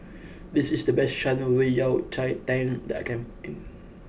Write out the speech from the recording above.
this is the best Shan Rui Yao Cai Tang that I can find